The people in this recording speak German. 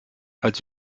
als